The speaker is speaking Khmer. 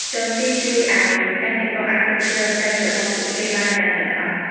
ចបជីកជួយឱ្យកសិករអាចគ្រប់គ្រងដីរបស់ពួកគេបានយ៉ាងល្អិតល្អន់។